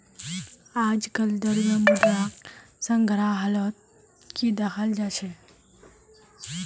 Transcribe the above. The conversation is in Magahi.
आजकल द्रव्य मुद्राक संग्रहालत ही दखाल जा छे